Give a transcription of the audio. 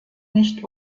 nicht